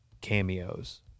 Cameos